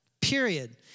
period